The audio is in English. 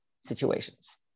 situations